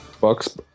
Bucks